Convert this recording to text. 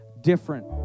different